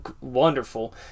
wonderful